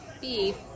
beef